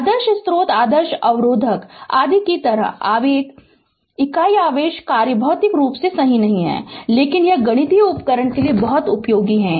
आदर्श स्रोत आदर्श अवरोधक आदि की तरह इकाई आवेग कार्य भौतिक रूप से सही नहीं है लेकिन यह गणितीय उपकरण के लिए बहुत उपयोगी है